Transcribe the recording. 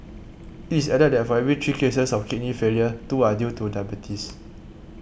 it added that for every three cases of kidney failure two are due to diabetes